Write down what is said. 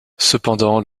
cependant